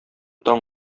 таң